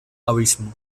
abismo